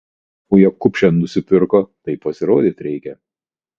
naują kupšę nusipirko tai pasirodyt reikia